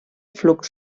flux